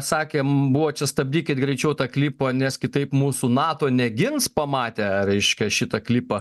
sakėm buvo čia stabdykit greičiau tą klipą nes kitaip mūsų nato negins pamatę reiškia šitą klipą